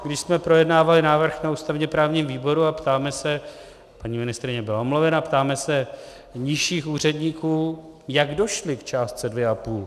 Když jsme projednávali návrh na ústavněprávním výboru a ptáme se paní ministryně byla omluvena ptáme se nižších úředníků, jak došli k částce 2,5.